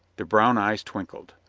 the brown eyes twinkled.